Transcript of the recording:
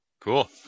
Cool